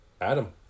Adam